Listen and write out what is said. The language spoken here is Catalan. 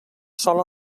sol